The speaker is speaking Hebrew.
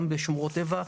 גם בשמורות הטבע,